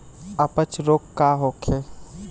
अपच रोग का होखे?